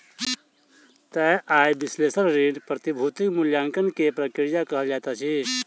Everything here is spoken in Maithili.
तय आय विश्लेषण ऋण, प्रतिभूतिक मूल्याङकन के प्रक्रिया कहल जाइत अछि